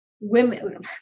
women